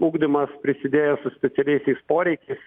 ugdymas prisidėjo su specialiaisiais poreikiais